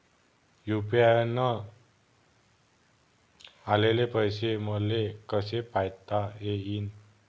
UPI न आलेले पैसे मले कसे पायता येईन?